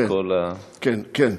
כן.